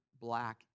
black